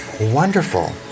Wonderful